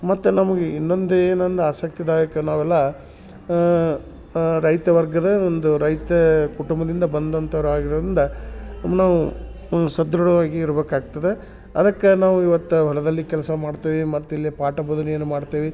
ಮತ್ತು ನಮಗೆ ಇನ್ನೊಂದು ಏನು ಅಂದ ಆಸಕ್ತಿದಾಯಕ ನಾವೆಲ್ಲ ರೈತವರ್ಗದ ಒಂದು ರೈತ ಕುಟುಂಬದಿಂದ ಬಂದಂಥವ್ರು ಆಗಿರುಯಿಂದ ನಾವು ಸದೃಢವಾಗಿ ಇರ್ಬೇಕಾಗ್ತದೆ ಅದಕ್ಕೆ ನಾವು ಇವತ್ತು ಹೊಲದಲ್ಲಿ ಕೆಲಸ ಮಾಡ್ತೇವಿ ಮತ್ತು ಇಲ್ಲಿ ಪಾಠ ಬೋಧನೆಯನ್ನು ಮಾಡ್ತೇವಿ